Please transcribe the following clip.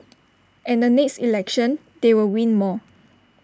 and the next election they will win more